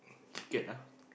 chicken lah